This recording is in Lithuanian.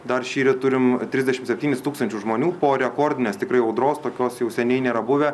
dar šįryt turim trisdešimt septynis tūkstančius žmonių po rekordinės tikrai audros tokios jau seniai nėra buvę